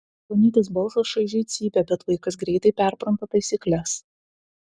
plonytis balsas šaižiai cypia bet vaikas greitai perpranta taisykles